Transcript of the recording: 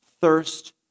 thirst